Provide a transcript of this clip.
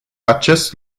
acest